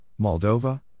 Moldova